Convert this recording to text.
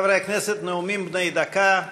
חברי הכנסת, נאומים בני דקה.